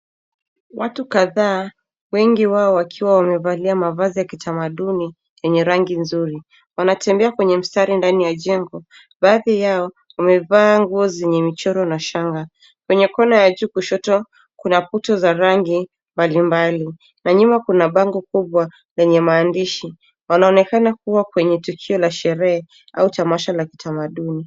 Watu kadhaa wengi wao wakiwa wamevalia mavazi ya kitamaduni yenye rangi nzuri. Wanatembea kwenye mstari ndani ya jengo baadhi yao wamevaa nguo zenye michoro na shanga. Kwenye kona ya juu kushoto kuna puto za rangi mbali mbali, na nyuma kuna bango kubwa lenye maandishi. Wanaonekana kuwa kwenye tukio la sherehe au tamasha la kitamaduni.